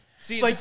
see